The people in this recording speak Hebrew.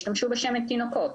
ישתמשו בשמן תינוקות,